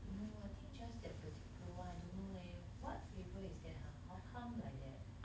don't know I think just that particular one I don't know leh what flavour is there !huh! how come like that